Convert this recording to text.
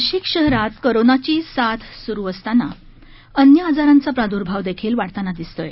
नाशिक शहरात कोरोनाची साथ सुरू असतानाच अन्य आजारांचा प्रादुर्भाव दैखील वाढताना दिसत आहे